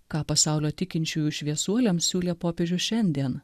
ką pasaulio tikinčiųjų šviesuoliams siūlė popiežius šiandien